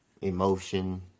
emotion